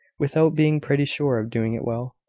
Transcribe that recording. without being pretty sure of doing it well.